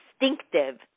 instinctive